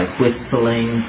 whistling